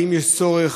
האם יש צורך,